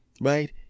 Right